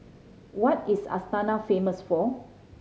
what is Astana famous for